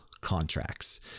contracts